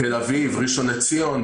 תל אביב, ראשון לציון.